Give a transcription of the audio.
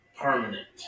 permanent